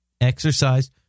Exercise